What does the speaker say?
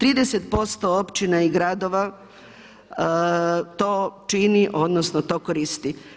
30% općina i gradova to čini odnosno to koristi.